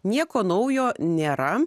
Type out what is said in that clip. nieko naujo nėra